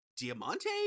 diamante